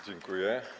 Dziękuję.